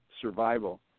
survival